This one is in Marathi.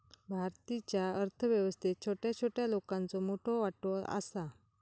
भारतीच्या अर्थ व्यवस्थेत छोट्या छोट्या लोकांचो मोठो वाटो आसा